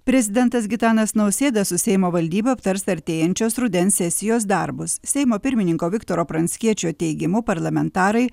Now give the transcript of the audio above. prezidentas gitanas nausėda su seimo valdyba aptars artėjančios rudens sesijos darbus seimo pirmininko viktoro pranckiečio teigimu parlamentarai